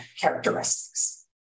characteristics